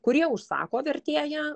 kurie užsako vertėją